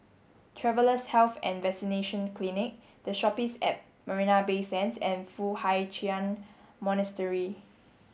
Travellers' Health and Vaccination Clinic The Shoppes at Marina Bay Sands and Foo Hai Ch'an Monastery